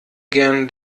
gerne